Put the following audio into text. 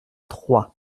troyes